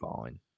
fine